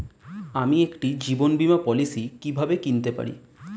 আমি একটি জীবন বীমা পলিসি কিভাবে কিনতে পারি?